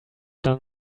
done